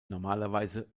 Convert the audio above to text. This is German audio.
normalerweise